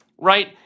right